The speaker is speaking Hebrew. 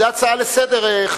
זה הצעה לסדר-היום,